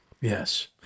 Yes